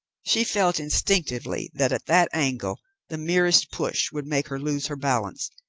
she felt instinctively that at that angle the merest push would make her lose her balance,